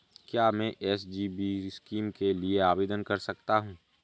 क्या मैं SGB scheme के लिए आवेदन कर सकता हूँ?